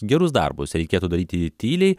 gerus darbus reikėtų daryti tyliai